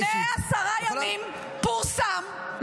לפני עשרה ימים פורסם,